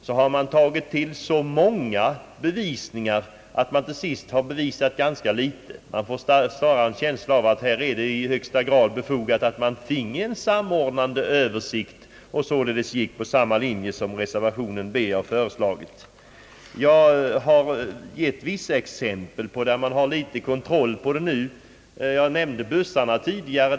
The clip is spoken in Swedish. Man har då tagit till så många bevisningar att man till sist har bevisat ganska litet. Man får snarare en känsla av att det är i högsta grad befogat att man finge en samordnande översikt och således gick på samma linje som föreslagits i reservationen b. Jag har gett vissa exempel där man har otillräcklig kontroll nu. Jag nämnde bussarna tidigare.